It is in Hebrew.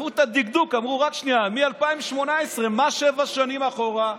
לקחו את הדקדוק ואמרו: מ-2018, שבע שנים אחורה,